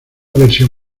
versión